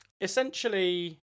essentially